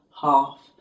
half